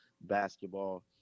basketball